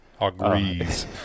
Agrees